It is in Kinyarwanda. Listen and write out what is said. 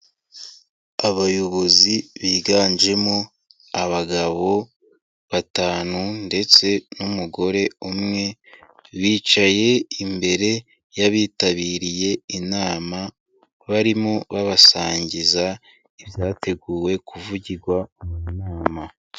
Abayobozi biganjemo abagabo batanu ndetse n'umugore umwe bicaye imbere y'abitabiriye inama, barimo babasangiza ibyateguwe kuvugirwa mu nama.